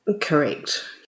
Correct